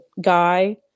guy